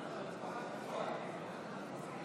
הצעת חוק התפזרות הכנסת העשרים-וארבע ומימון מפלגות,